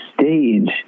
stage